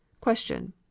Question